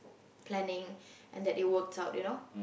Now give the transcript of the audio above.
planning and that they worked out you know